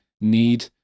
need